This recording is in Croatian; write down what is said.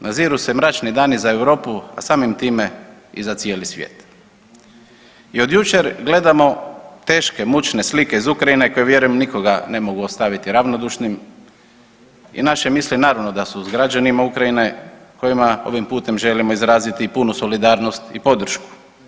Naziru se mračni dani za Europu, a samim time i za cijeli svijet i od jučer gledamo teške i mučne slike iz Ukrajine koje vjerujem nikoga ne mogu ostaviti ravnodušnim i naše misli naravno da su uz građanima Ukrajine kojima ovim putem želimo izraziti punu solidarnost i podršku.